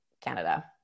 Canada